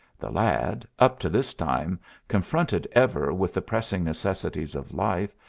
the lad, up to this time confronted ever with the pressing necessities of life,